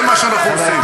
זה מה שאנחנו עושים.